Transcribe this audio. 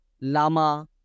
lama